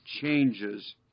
changes